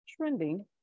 trending